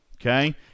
Okay